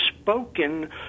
spoken